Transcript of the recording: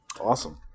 awesome